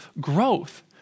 growth